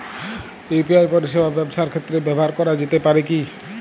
UPI পরিষেবা ব্যবসার ক্ষেত্রে ব্যবহার করা যেতে পারে কি?